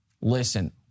Listen